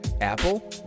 Apple